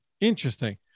interesting